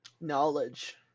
Knowledge